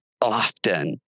often